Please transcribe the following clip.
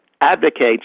advocates